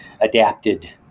adapted